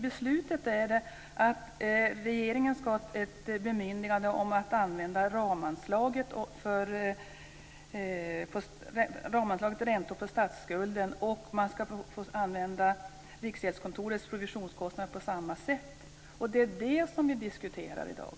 Beslutet gäller att regeringen ska ha ett bemyndigande om att använda ramanslaget Räntor på statsskulden. Man ska också få använda Riksgäldskontorets provisionskostnad på samma sätt. Det är det vi diskuterar i dag.